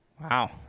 Wow